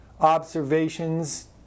observations